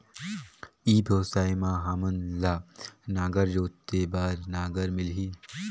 ई व्यवसाय मां हामन ला नागर जोते बार नागर मिलही?